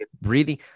Breathing